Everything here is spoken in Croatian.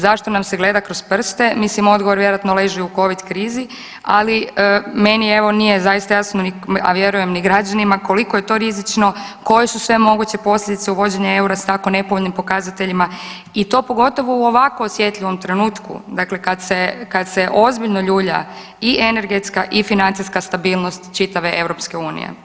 Zašto nam se gleda kroz prste, mislim odgovor vjerojatno leži u Covid krizi, ali meni evo nije zaista jasno ni, a vjerujem ni građanima koliko je to rizično, koje su sve moguće posljedice uvođenja eura s tako nepovoljnim pokazateljima i to pogotovo u ovako osjetljivom trenutku, dakle kad se, kad se ozbiljno ljulja i energetska i financijska stabilnost čitave EU.